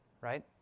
right